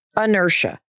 inertia